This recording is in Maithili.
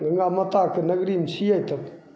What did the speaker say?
गङ्गा माताके नगरीमे छिए तब